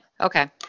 okay